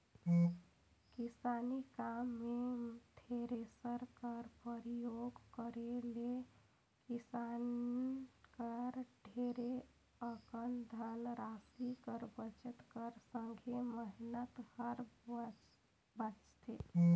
किसानी काम मे थेरेसर कर परियोग करे ले किसान कर ढेरे अकन धन रासि कर बचत कर संघे मेहनत हर बाचथे